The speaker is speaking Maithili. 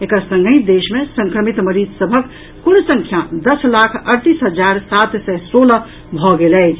एकर संगहि देश मे संक्रमित मरीज सभक कुल संख्या दस लाख अड़तीस हजार सात सय सोलह भऽ गेल अछि